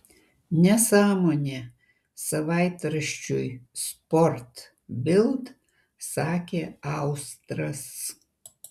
nesąmonė savaitraščiui sport bild sakė austras